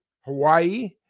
Hawaii